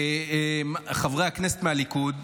חברי הכנסת מהליכוד,